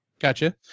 Gotcha